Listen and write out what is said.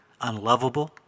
unlovable